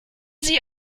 sie